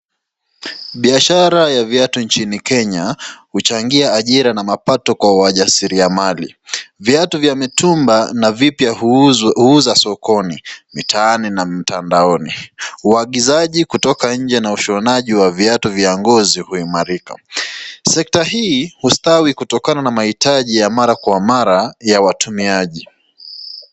Biashara ya viatu nchini Kenya huchangia ajiri na mapato kwa waajasiri ya mali, viatu vya mitumba na vipya huuza sokoni, mtaani na mtandaoni. Huagizaji kutoka nje na ushonasaji wa viatu vya ngozi huimarika . Sector hii hustawi kutokana na mahitaji ya mara kwa mara ya watumiaji